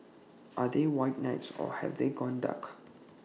are they white knights or have they gone dark